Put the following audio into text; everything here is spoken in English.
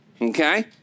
Okay